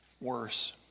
worse